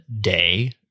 day